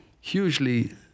hugely